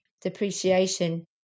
depreciation